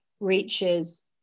reaches